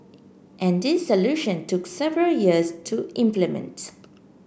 and this solution took several years to implement